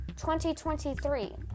2023